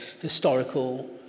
historical